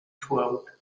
throughout